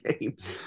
games